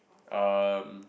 um